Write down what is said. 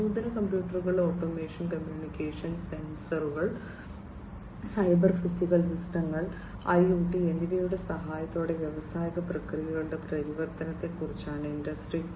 നൂതന കമ്പ്യൂട്ടറുകൾ automation communication സെൻസറുകൾ സൈബർ ഫിസിക്കൽ സിസ്റ്റങ്ങൾ ഐഒടി എന്നിവയുടെ സഹായത്തോടെ വ്യാവസായിക പ്രക്രിയകളുടെ പരിവർത്തനത്തെക്കുറിച്ചാണ് ഇൻഡസ്ട്രി 4